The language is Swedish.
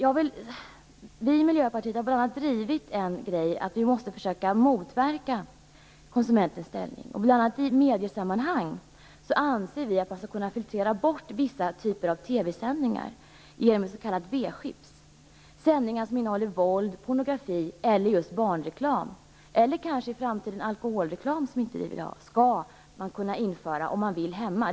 Vi i Miljöpartiet har drivit bl.a. detta att man måste försöka motverka konsumentens försvagade ställning. Bl.a. i mediesammanhang anser vi att man skall kunna filtrera bort vissa typer av TV-sändningar genom s.k. W-chips, alltså sändningar som innehåller våld, pornografi, barnreklam eller kanske alkoholreklam. Det skall man kunna införa.